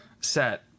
set